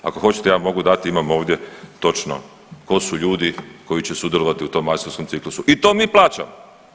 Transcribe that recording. Ako hoćete ja vam mogu dati imam ovdje točno tko su ljudi koji će sudjelovati u tom majstorskom ciklusu i to mi plaćamo.